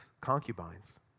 concubines